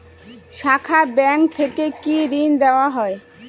শাখা ব্যাংক থেকে কি ঋণ দেওয়া হয়?